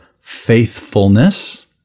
faithfulness